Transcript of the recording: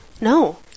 No